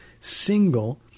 single